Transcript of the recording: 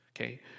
Okay